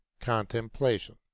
contemplation